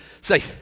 say